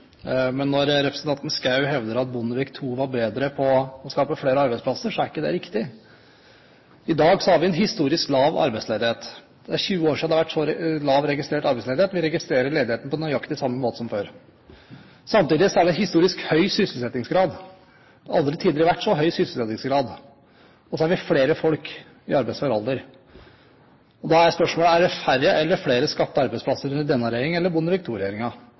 men når representanten Schou hevder at Bondevik II var bedre på å skape flere arbeidsplasser, er ikke det riktig. I dag har vi en historisk lav arbeidsledighet. Det er 20 år siden det har vært registrert så lav arbeidsledighet. Vi registrerer ledighet på nøyaktig samme måte som før. Samtidig er det en historisk høy sysselsettingsgrad. Aldri tidligere har det vært så høy sysselsettingsgrad, og så har vi flere folk i arbeidsfør alder. Da er spørsmålet: Er det blitt skapt færre eller flere arbeidsplasser under denne regjeringen enn under Bondevik